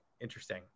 Interesting